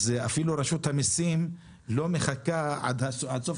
אז אפילו רשות המיסים לא מחכה עד סוף